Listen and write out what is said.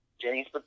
James